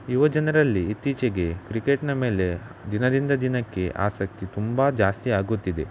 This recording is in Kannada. ಯುವಜನರಲ್ಲಿ ಇತ್ತೀಚಿಗೆ ಕ್ರಿಕೆಟ್ನ ಮೇಲೆ ದಿನದಿಂದ ದಿನಕ್ಕೆ ಆಸಕ್ತಿ ತುಂಬ ಜಾಸ್ತಿ ಆಗುತ್ತಿದೆ